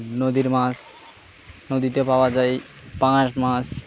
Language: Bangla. নদীর মাছ নদীতে পাওয়া যায় পাঙাশ মাছ